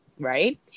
right